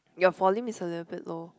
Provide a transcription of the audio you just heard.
your volume is a little bit low